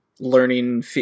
Learning